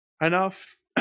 enough